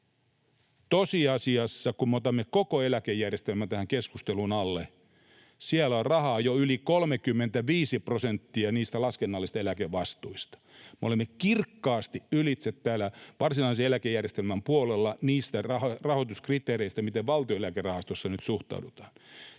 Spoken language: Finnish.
Tosiasiassa kun me otamme koko eläkejärjestelmän tähän keskustelun alle, siellä on rahaa jo yli 35 prosenttia laskennallisista eläkevastuista. Me olemme siellä varsinaisen eläkejärjestelmän puolella kirkkaasti ylitse niistä rahoituskriteereistä, miten Valtion Eläkerahastossa nyt suhtaudutaan.